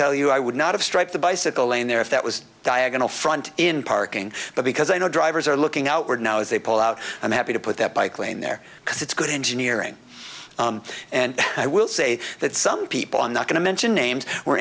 tell you i would not have struck the bicycle lane there if that was diagonal front in parking but because i know drivers are looking outward now as they pull out i'm happy to put that bike lane there because it's good engineering and i will say that some people are not going to mention names we're